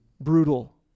brutal